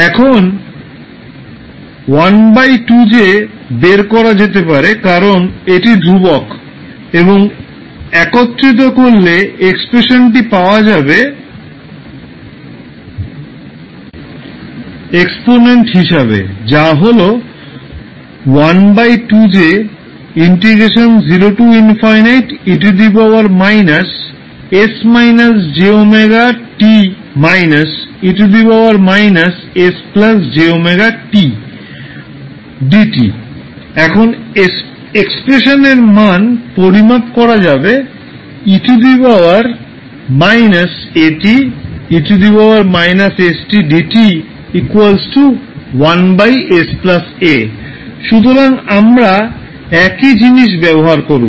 এখন 12𝑗 বের করা যেতে পারে কারণ এটি ধ্রুবক এবং একত্রিত করলে এক্সপ্রেশানটি পাওয়া যাবে এক্সপনেন্ট হিসেবে যা হল এখন এক্সপ্রেশানের মান পরিমাপ করা যাবে 𝑒 − 𝑎𝑡𝑒 − 𝑠𝑡𝑑𝑡 1𝑠 𝑎 সুতরাং আমরা একই জিনিস ব্যবহার করব